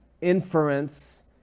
inference